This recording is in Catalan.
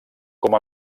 com